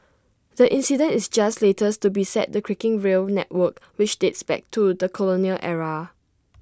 the incident is just latest to beset the creaking rail network which dates back to the colonial era